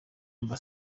amb